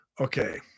Okay